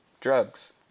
drugs